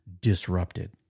disrupted